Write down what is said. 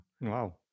wow